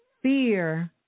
fear